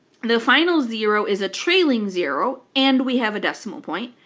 the final zero is a trailing zero and we have a decimal point,